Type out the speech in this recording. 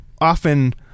often